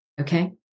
Okay